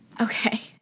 Okay